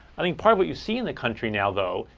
i think part what you see in the country now, though,